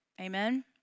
amen